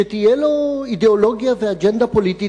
שתהיה לו אידיאולוגיה ואג'נדה פוליטית.